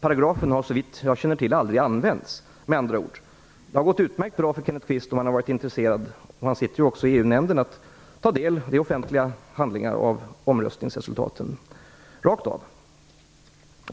paragrafen har såvitt jag känner till aldrig använts. Det hade alltså gått utmärkt bra för Kenneth Kvist att, om han hade varit intresserad - han sitter ju också i EU-nämnden - direkt ta del av offentliga handlingar om omröstningsresultaten.